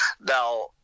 Now